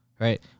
right